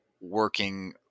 working